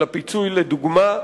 של הפיצוי לדוגמה,